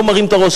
לא מרים את הראש,